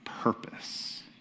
purpose